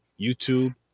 YouTube